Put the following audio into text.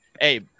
Hey